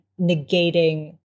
negating